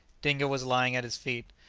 dingo was lying at his feet.